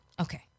okay